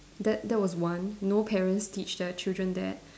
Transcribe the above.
that that was one no parents teach their children that